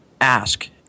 ask